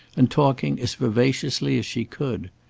and talking as vivaciously as she could.